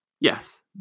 yes